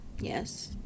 yes